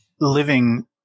living